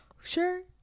Sure